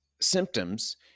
symptoms